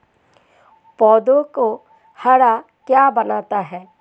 पौधों को हरा क्या बनाता है?